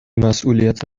مسئولیت